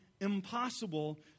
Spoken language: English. impossible